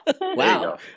Wow